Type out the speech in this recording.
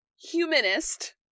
humanist